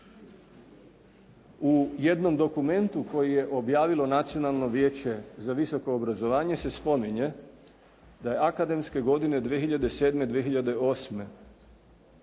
U jednom dokumentu koji je objavilo Nacionalno vijeće za visoko obrazovanje se spominje da je akademske godine 2007./2008.